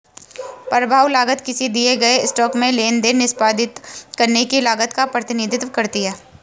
प्रभाव लागत किसी दिए गए स्टॉक में लेनदेन निष्पादित करने की लागत का प्रतिनिधित्व करती है